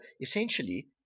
essentially